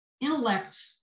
intellect